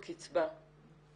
קיצבה